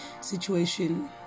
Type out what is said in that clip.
situation